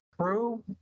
true